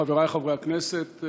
חברי חברי הכנסת,